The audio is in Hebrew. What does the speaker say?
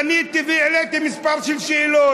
פניתי והעליתי כמה שאלות: